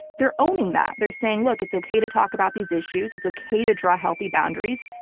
they're owning that. they're saying, look, it's okay to talk about these issues. it's okay to draw healthy boundaries.